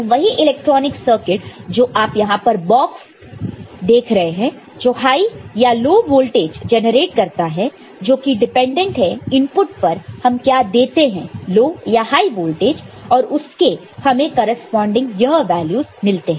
तो वही electronic circuit जो आप यहां पर बॉक्स देख रहे हैं जो हाई या लो वोल्टेज जनरेट करता है जोकि आश्रित है इनपुट पर हम क्या देते हैं लो या हाई वोल्टेज और उसके हमें करेस्पॉन्डिंग यह वैल्यूस मिलते हैं